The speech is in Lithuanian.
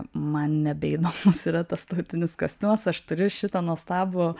man nebeįdomus yra tas tautinis kostiumas aš turiu šitą nuostabų